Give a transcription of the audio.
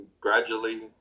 gradually